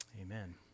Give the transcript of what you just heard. Amen